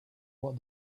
what